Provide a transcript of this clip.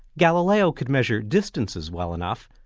galileo could measure distances well enough,